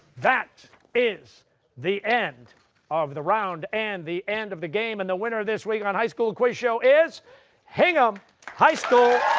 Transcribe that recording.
that is the end of the round and the end of the game, and the winner this week on high school quiz show is hingham high school.